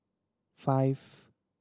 five